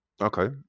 Okay